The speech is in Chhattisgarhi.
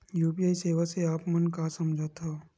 यू.पी.आई सेवा से आप मन का समझ थान?